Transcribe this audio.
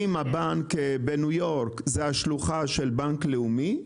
אם הבנק בניו יורק זה השלוחה של בנק לאומי,